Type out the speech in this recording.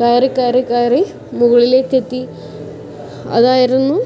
കയറി കയറി കയറി മുകളിലേക്ക് എത്തി അതായിരുന്നു